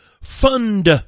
Fund